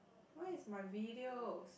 where is my videos